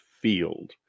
field